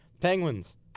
Penguins